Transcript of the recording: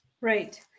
Right